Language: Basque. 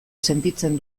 sentitzen